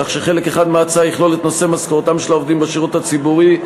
כך שחלק אחד מההצעה יכלול את נושא משכורתם של העובדים בשירות הציבורי,